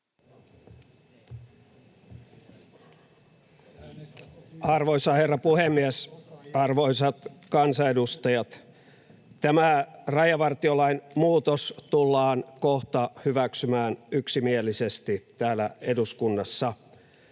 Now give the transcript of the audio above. Arvoisa herra puhemies! Arvoisat kansanedustajat! Tämä rajavartiolain muutos tullaan kohta hyväksymään yksimielisesti täällä eduskunnassa.